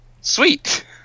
sweet